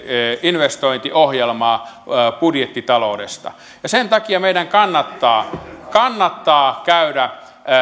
investointiohjelmaa budjettitaloudesta sen takia meidän kannattaa kannattaa käydä